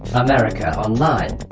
america online